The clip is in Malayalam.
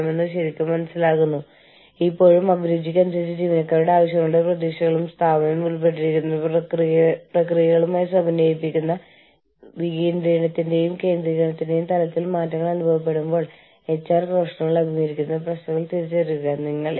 മേൽനോട്ട ബോർഡുകളിലോ ഡയറക്ടർ ബോർഡുകളിലോ ജീവനക്കാരെ പ്രതിനിധീകരിക്കുകയും ഓർഗനൈസേഷൻ എടുക്കുന്ന പ്രധാന തീരുമാനങ്ങളിലും തന്ത്രപരമായ തീരുമാനങ്ങളിലും പങ്കെടുക്കുകയും ചെയ്യുന്ന നിയമപരമായ ആവശ്യകതയാണിത്